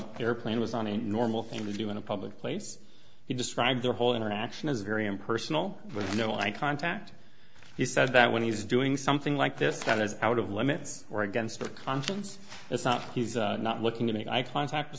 vagina airplane was on a normal thing to do in a public place he described their whole interaction as very impersonal with no eye contact he said that when he's doing something like this that is out of limits or against a conscience it's not he's not looking to make eye contact with